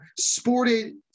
sported